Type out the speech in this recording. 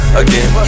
again